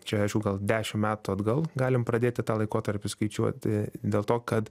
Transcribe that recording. čia aišku gal dešim metų atgal galim pradėti tą laikotarpį skaičiuoti dėl to kad